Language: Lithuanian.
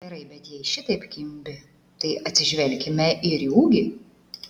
gerai bet jei šitaip kimbi tai atsižvelkime ir į ūgį